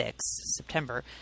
September